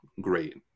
great